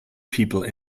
people